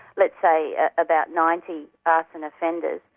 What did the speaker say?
let's say, about ninety arson offenders,